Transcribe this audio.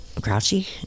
grouchy